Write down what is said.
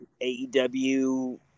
aew